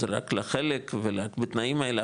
זה רק לחלק ותנאים האלה,